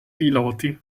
piloti